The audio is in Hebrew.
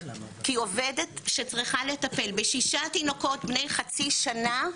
כי עובדת שצריכה לטפל בשישה תינוקות בני חצי שנה,